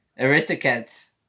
Aristocats